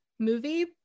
movie